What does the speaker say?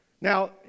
Now